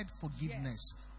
forgiveness